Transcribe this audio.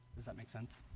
does that make sense